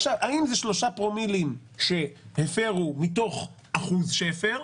האם אלו שלושה פרומילים שהפרו מתוך אחוז שהפר,